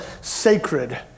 sacred